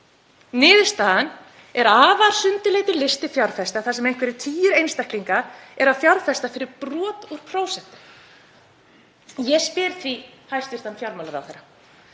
Niðurstaðan er afar sundurleitur listi fjárfesta þar sem einhverjir tugir einstaklinga eru að fjárfesta fyrir brot úr prósenti. Ég spyr því hæstv. fjármálaráðherra: